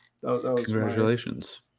congratulations